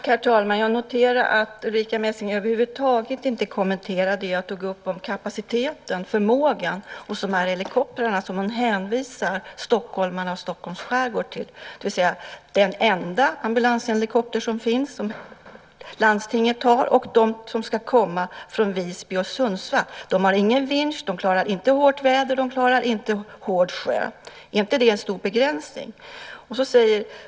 Herr talman! Jag noterar att Ulrica Messing över huvud taget inte kommenterade det jag tog upp om kapaciteten, förmågan, hos de helikoptrar som hon hänvisar stockholmarna och Stockholms skärgård till. Detta innebär att den enda ambulanshelikopter som landstinget har och de som ska komma från Visby och Sundsvall inte har någon vinsch, och de klarar inte hårt väder och inte hård sjö. Är inte det en stor begränsning?